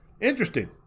Interesting